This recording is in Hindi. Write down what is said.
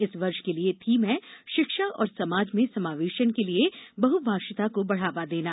इस वर्ष के लिए थीम है शिक्षा और समाज में समावेशन के लिए बेहुभाषिता को बढ़ावा देना